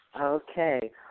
Okay